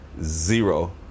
zero